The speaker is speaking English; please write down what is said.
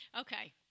Okay